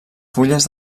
fulles